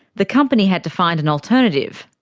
the company had to find an alternative.